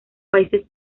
países